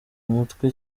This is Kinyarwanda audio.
umutwe